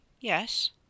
yes